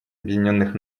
объединенных